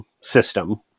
system